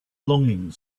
longing